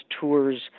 tours